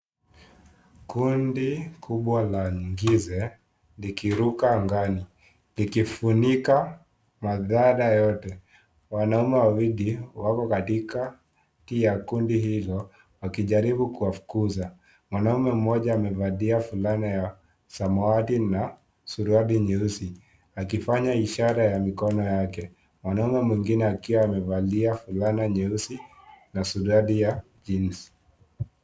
Kundi kubwa la ngize ikuruka angani, likifunika madhara yote. Wanaume wawili wako katikakati ya kundi hilo wakijaribu kuwafukuza. Mwanaume mmoja amevaa fulana ya samawati na suruali nyeusi, akifanya ishara ya mikono yake. Mwanaume mwingine akiwa amevaa fulana nyeusi na suruali ya jeans .